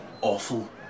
awful